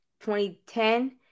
2010